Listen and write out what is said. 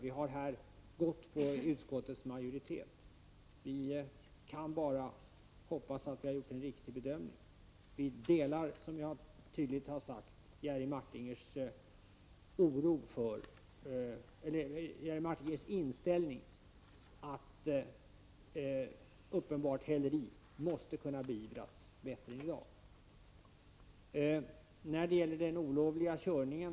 Vi har i detta fall anslutit oss till utskottsmajoritetens förslag och kan bara hoppas att vi har gjort en riktig bedömning. Vi delar, som jag redan har sagt, Jerry Martingers inställning att uppenbart häleri måste beivras på ett annat sätt än i dag.